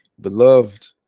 beloved